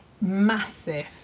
massive